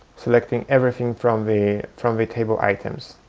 selecting everything from the from the table items.